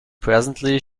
presently